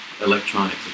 electronics